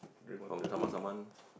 from someone someone